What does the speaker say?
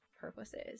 purposes